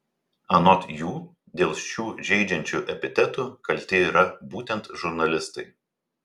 anot jų dėl šių žeidžiančių epitetų kalti yra būtent žurnalistai